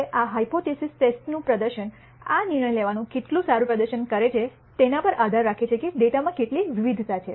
હવે આ હાયપોથીસિસ ટેસ્ટિનું પ્રદર્શન આ નિર્ણય લેવાનું કેટલું સારું પ્રદર્શન કરે છે તેના પર આધાર રાખે છે કે ડેટામાં કેટલી વિવિધતા છે